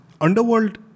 underworld